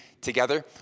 together